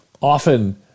often –